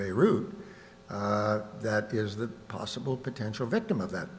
beirut that is the possible potential victim of that